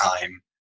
time